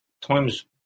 Times